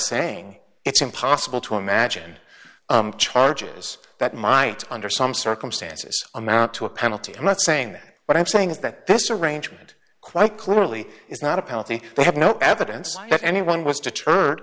saying it's impossible to imagine charges that might under some circumstances amount to a penalty i'm not saying that what i'm saying is that this arrangement quite clearly is not a penalty they have no evidence that anyone was deterred